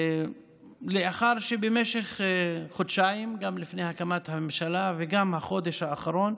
לאחר שבמשך חודשיים גם לפני הקמת הממשלה וגם בחודש האחרון,